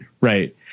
right